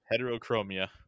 Heterochromia